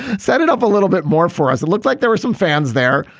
set it up a little bit more for us. it looks like there were some fans there.